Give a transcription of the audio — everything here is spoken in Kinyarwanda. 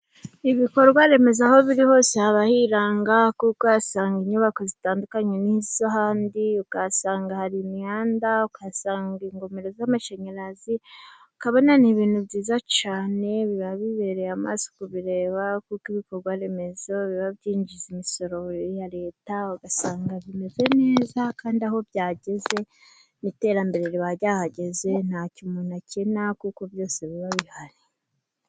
Ibikorwa remezo aho biri hose haba hiranga kuko usanga inyubako zitandukanye n'iz'ahandi, ukahasanga hari imihanda, ukahasanga ingomero z'amashanyarazi, ukabona ni ibintu byiza cyane biba bibereye amaso kubireba kuko ibikorwa remezo biba byinjiza imisoro ya Leta ugasanga bimeze neza kandi aho byageze iterambere riba ryahageze ntacyo umuntu akena kuko byose biba bihari.